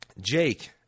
Jake